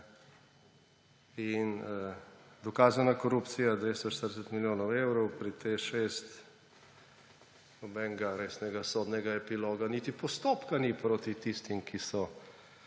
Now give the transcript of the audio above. In dokazana je korupcija 240 milijonov evrov pri TEŠ6 – nobenega resnega sodnega epiloga niti postopka ni proti tistim, ki so